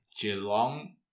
Geelong